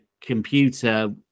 computer